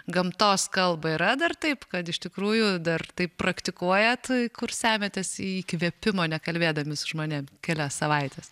gamtos kalbą yra dar taip kad iš tikrųjų dar taip praktikuojat kur semiatės įkvėpimo nekalbėdami su žmonėm kelias savaites